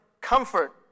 Comfort